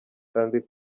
kandi